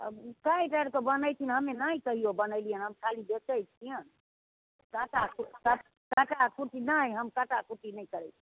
अब काटि आरके बनेथिन हमे नहि कहियो बनैलीये हम खाली देखै छियनि काटा कुटी काटा कुटी नहि हम काटा कुटी नहि करै छियै